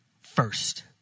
first